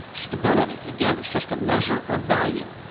stability, again, it's just a measure of value.